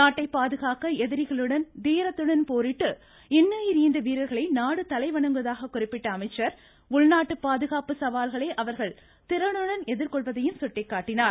நாட்டை பாதுகாக்க எதிரிகளுடன் தீரத்துடன் போரிட்டு இன்னுயிர் ஈந்த வீரர்களை நாடு தலைவணங்குவதாக குறிப்பிட்ட அமைச்சர் உள்நாட்டு பாதுகாப்பு சவால்களை அவர்கள் திறனுடன் எதிர்கொள்வதையும் சுட்டிக்காட்டினார்